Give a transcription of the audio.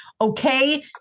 okay